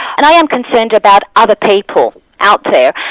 and i am concerned about other people out there.